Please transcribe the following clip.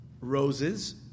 roses